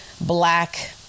black